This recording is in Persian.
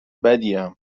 بدیم